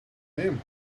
him